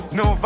no